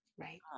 Right